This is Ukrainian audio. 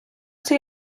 цей